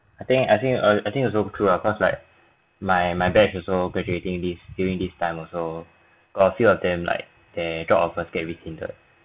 I think I think uh I think also true lah cause like my my batch also graduating this during this time also got a few of them like their job offers get rescinded